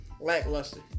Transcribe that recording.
lackluster